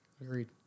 Agreed